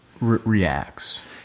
reacts